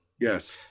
Yes